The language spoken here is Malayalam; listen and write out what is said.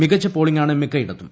മികച്ച പോളിംഗാണ് മിക്ക ഇടത്തും